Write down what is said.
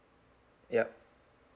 yup